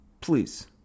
please